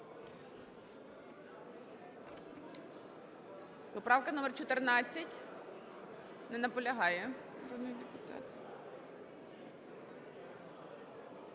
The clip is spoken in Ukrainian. Поправка номер 14. Не наполягає.